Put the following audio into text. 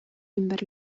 ümber